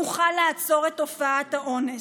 נוכל לעצור את תופעת האונס.